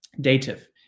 dative